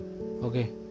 okay